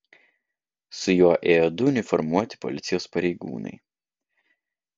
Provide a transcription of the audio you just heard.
su juo ėjo du uniformuoti policijos pareigūnai